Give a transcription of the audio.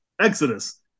Exodus